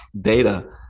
data